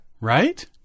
Right